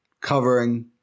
covering